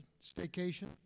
staycation